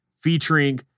featuring